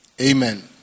Amen